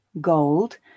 gold